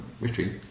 retreat